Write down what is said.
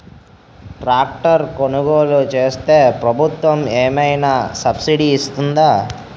Tractor కొనుగోలు చేస్తే ప్రభుత్వం ఏమైనా సబ్సిడీ ఇస్తుందా?